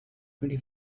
twenty